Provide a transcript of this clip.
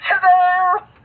Hello